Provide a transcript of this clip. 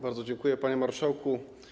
Bardzo dziękuję, panie marszałku.